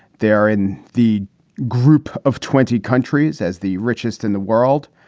they are in the group of twenty countries as the richest in the world,